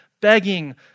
begging